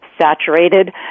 saturated